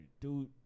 Dude